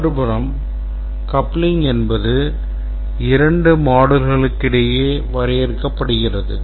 மறுபுறம் coupling என்பது இரண்டு moduleகளுக்கு இடையில் வரையறுக்கப்படுகிறது